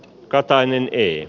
katainen i